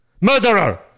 murderer